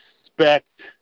expect